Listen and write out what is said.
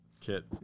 Kit